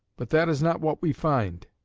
but that is not what we find.